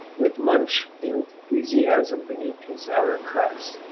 with much enthusiasm beneath this outer crust.